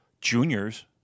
juniors